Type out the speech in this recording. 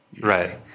Right